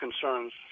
concerns